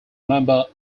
member